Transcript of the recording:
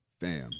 Fam